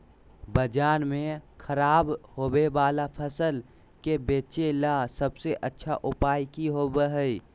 बाजार में खराब होबे वाला फसल के बेचे ला सबसे अच्छा उपाय की होबो हइ?